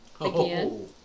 again